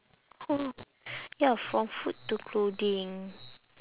oh ya from food to clothing